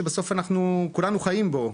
שבסוף אנחנו כולנו חיים בו,